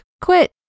Quit